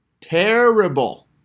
Terrible